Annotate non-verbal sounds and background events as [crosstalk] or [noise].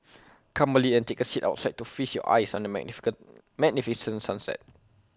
come early and take A seat outside to feast your eyes on the [unintelligible] magnificent sunset